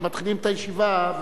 כשמתחילים את הישיבה,